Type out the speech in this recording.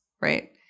Right